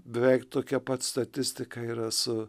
beveik tokia pat statistika yra su